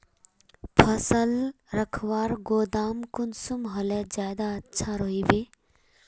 फसल रखवार गोदाम कुंसम होले ज्यादा अच्छा रहिबे?